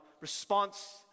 response